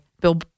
Bill